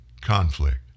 conflict